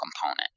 component